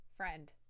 friend